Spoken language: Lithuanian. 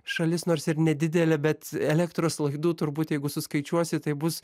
šalis nors ir nedidelė bet elektros laidų turbūt jeigu suskaičiuosi tai bus